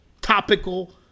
topical